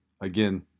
Again